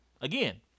again